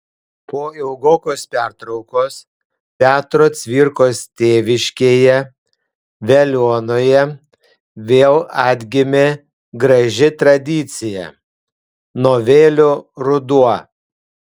po ilgokos pertraukos petro cvirkos tėviškėje veliuonoje vėl atgimė graži tradicija novelių ruduo